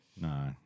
No